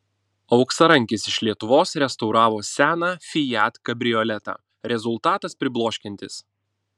auksarankis iš lietuvos restauravo seną fiat kabrioletą rezultatas pribloškiantis